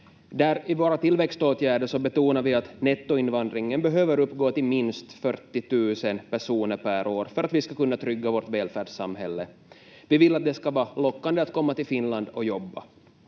I våra tillväxtåtgärder betonar vi att nettoinvandringen behöver uppgå till minst 40 000 personer per år för att vi ska kunna trygga vårt välfärdssamhälle. Vi vill att det ska vara lockande att komma till Finland och jobba.